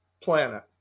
planet